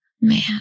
Man